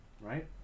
right